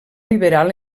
liberal